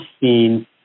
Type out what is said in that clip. seen